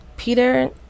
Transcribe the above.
Peter